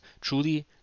truly